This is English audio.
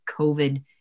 covid